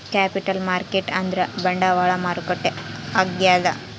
capital market ಅಂದ್ರ ಬಂಡವಾಳ ಮಾರುಕಟ್ಟೆ ಆಗ್ಯಾದ